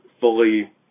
fully